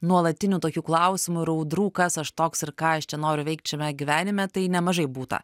nuolatinių tokių klausimų ir audrų kas aš toks ir ką aš čia noriu veikt šiame gyvenime tai nemažai būta